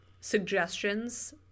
suggestions